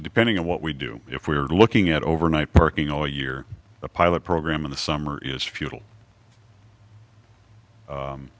depending on what we do if we are looking at overnight parking all year a pilot program in the summer is futile